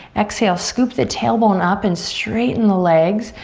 exhale scoop the tailbone up and straighten the legs.